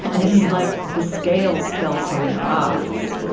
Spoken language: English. ah it's like the scales fell from their eyes